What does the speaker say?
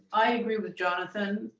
i agree with jonathan.